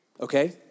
Okay